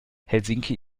helsinki